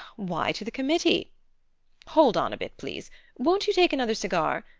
why to the committee hold on a bit, please won't you take another cigar?